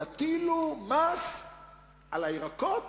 יטילו מס על הירקות